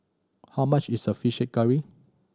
how much is a fish curry